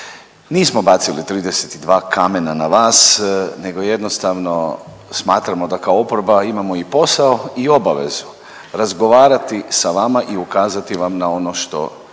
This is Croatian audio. Nismo bacili 32 kamena na vas, nego jednostavno, smatramo da kao oporba imamo i posao i obavezu razgovarati sa vama i ukazati vam na ono što